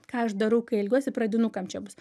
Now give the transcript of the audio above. ką aš darau kai elgiuosi pradinukam čia bus